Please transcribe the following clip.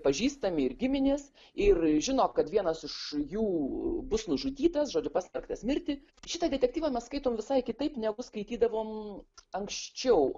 pažįstami ir giminės ir žino kad vienas iš jų bus nužudytas žodžiu pasmerktas mirti šitą detektyvą mes skaitome visai kitaip negu skaitydavom anksčiau